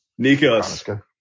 Nikos